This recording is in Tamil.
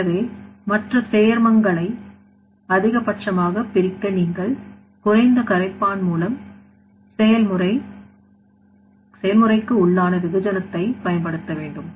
எனவே மற்ற சேர்மங்களை அதிகபட்சமாக பிரிக்க நீங்கள் குறைந்த கரைப்பான் மூலம் செயல்முறைக் உள்ளான வெகுஜன த்தை பயன்படுத்த வேண்டும்